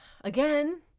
again